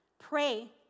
Pray